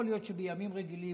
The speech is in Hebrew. יכול להיות שבימים רגילים